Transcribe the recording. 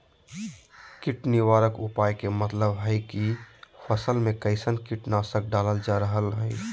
कीट निवारक उपाय के मतलव हई की फसल में कैसन कीट नाशक डालल जा रहल हई